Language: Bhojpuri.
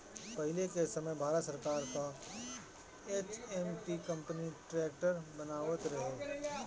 पहिले के समय भारत सरकार कअ एच.एम.टी कंपनी ट्रैक्टर बनावत रहे